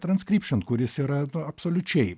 transkripšin kuris yra absoliučiai